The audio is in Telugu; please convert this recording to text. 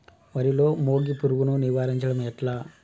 వరిలో మోగి పురుగును నివారించడం ఎట్లా?